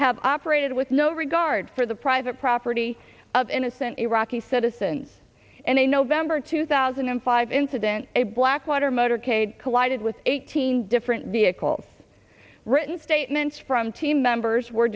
have operated with no regard for the private property of innocent iraqi citizens and a november two thousand and five incident a blackwater motorcade collided with eighteen different vehicles written statements from team members were